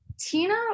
tina